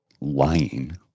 lying